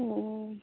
ହୁଁ